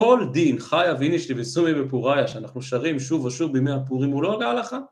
כל דין חיה ואיני שלי וסומי בפוריה שאנחנו שרים שוב ושוב בימי הפורים הוא לא אגע לך?